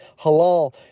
Halal